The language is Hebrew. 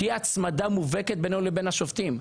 שתהיה הצמדה מובהקת בינינו לבין השופטים.